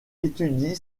étudie